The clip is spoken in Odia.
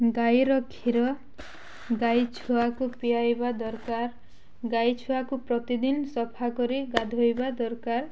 ଗାଈର କ୍ଷୀର ଗାଈ ଛୁଆକୁ ପିଆଇବା ଦରକାର ଗାଈ ଛୁଆକୁ ପ୍ରତିଦିନ ସଫା କରି ଗାଧୋଇବା ଦରକାର